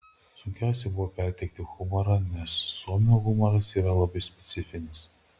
sunkiausia buvo perteikti humorą nes suomių humoras yra labai specifinis